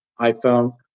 iphone